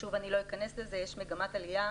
אני לא אכנס לזה, יש מגמת עלייה.